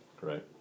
right